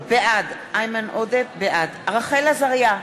בעד רחל עזריה,